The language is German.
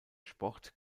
sport